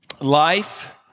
Life